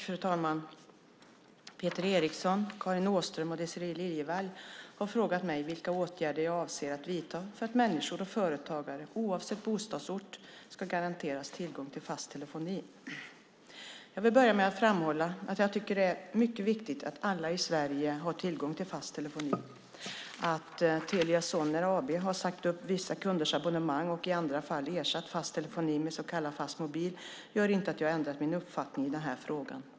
Fru talman! Peter Eriksson, Karin Åström och Désirée Liljevall har frågat mig vilka åtgärder jag avser att vidta för att människor och småföretagare, oavsett bostadsort, ska garanteras tillgång till fast telefoni. Jag vill börja med att framhålla att jag tycker det är mycket viktigt att alla i Sverige har tillgång till fast telefoni. Att Telia Sonera AB har sagt upp vissa kunders abonnemang och i andra fall ersatt fast telefoni med så kallad fastmobil gör inte att jag ändrat min uppfattning i denna fråga.